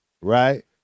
Right